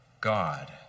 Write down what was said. God